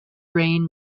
brain